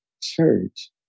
church